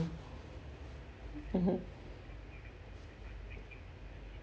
mmhmm